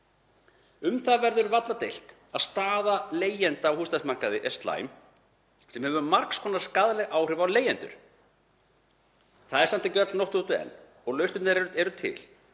Um það verður varla deilt að staða leigjenda á húsnæðismarkaði er slæm sem hefur margs konar skaðleg áhrif á leigjendur. Það er samt ekki öll nótt úti enn og lausnirnar eru til.